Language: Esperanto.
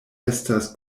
estas